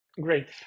Great